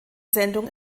sendung